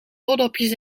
oordopjes